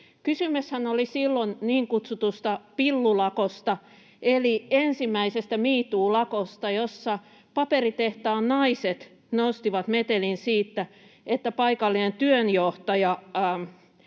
Kysymyshän oli silloin niin kutsutusta pillulakosta eli ensimmäisestä me too ‑lakosta, jossa paperitehtaan naiset nostivat metelin siitä, että paikallinen työnjohtaja